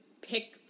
pick